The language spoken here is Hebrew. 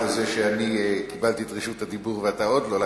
פרט לזה שקיבלתי את רשות הדיבור ואתה עוד לא.